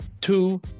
two